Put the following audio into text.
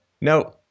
No